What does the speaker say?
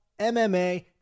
MMA